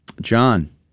john